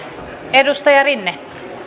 edustaja rinne